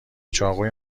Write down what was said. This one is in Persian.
چاقوی